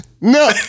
No